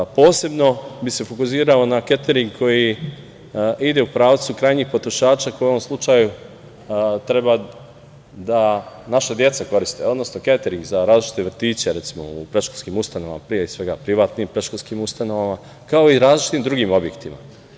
Posebno bih se fokusirao na ketering koji ide u pravcu krajnjih potrošača, koji u ovom slučaju treba da koriste naša deca, odnosno ketering za različite vrtiće, recimo, u predškolskim ustanovama, pre svega privatnim predškolskim ustanovama, kao i različitim drugim objektima.